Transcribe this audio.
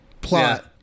plot